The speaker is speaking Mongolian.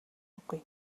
үгүй